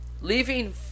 leaving